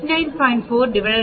45 89